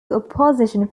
opposition